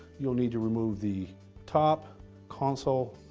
you'll need to remove the top console,